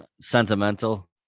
sentimental